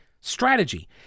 strategy